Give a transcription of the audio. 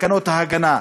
בתקנות ההגנה.